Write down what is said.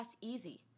easy